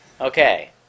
Okay